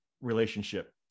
relationship